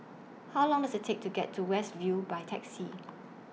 How Long Does IT Take to get to West View By Taxi